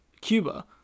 Cuba